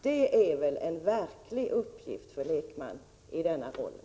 Det är väl en verklig uppgift för en lekman.